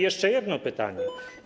Jeszcze jedno pytanie.